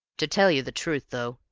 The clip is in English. to tell you the truth, though,